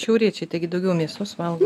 šiauriečiai taigi daugiau mėsos valgo